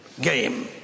game